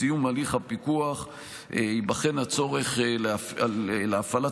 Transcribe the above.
בסיום הליך הפיקוח ייבחן הצורך להפעלת